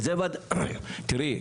תראי,